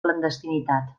clandestinitat